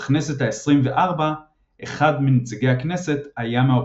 ובכנסת העשרים וארבע אחד מנציגי הכנסת היה מהאופוזיציה.